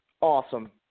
Awesome